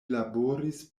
laboris